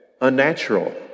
unnatural